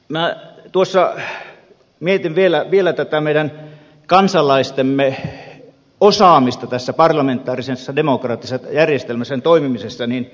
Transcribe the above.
elikkä minä tuossa mietin vielä tätä meidän kansalaistemme osaamista tässä parlamentaarisessa demokraattisessa järjestelmässä sen toimimisessa